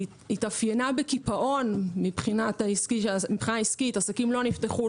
התאפיינה בקיפאון מבחינה עסקית עסקים לא נפתחו,